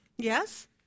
Yes